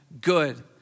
good